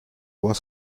was